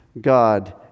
God